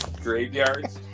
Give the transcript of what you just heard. graveyards